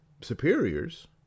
superiors